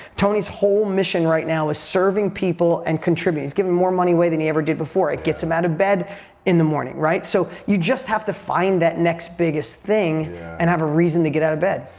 tony's whole mission right now is serving people and contributing. he's given more money away than he ever did before. it gets him out of bed in the morning, right? so you just have to find that next biggest thing and have a reason to get out of bed.